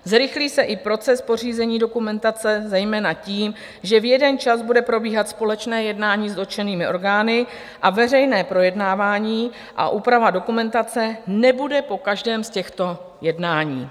Zrychlí se i proces pořízení dokumentace, zejména tím, že v jeden čas bude probíhat společné jednání s dotčenými orgány a veřejné projednávání a úprava dokumentace nebude po každém z těchto jednání.